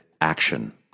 action